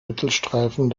mittelstreifen